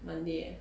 monday eh